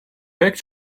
pek